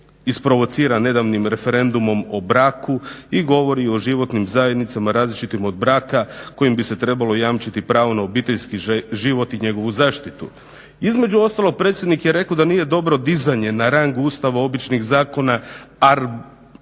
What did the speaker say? isprovociran nedavnim referendumom o braku i govori o životnim zajednicama različitim od braka kojim bi se trebalo jamčiti pravo na obiteljski život i njegovu zaštitu. Između ostalog predsjednik je rekao da nije dobro dizanje na rang Ustava običnih zakona